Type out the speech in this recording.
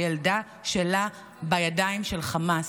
הילדה שלה בידיים של החמאס,